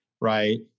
Right